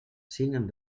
siguen